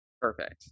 Perfect